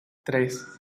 tres